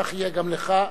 כך יהיה גם לך.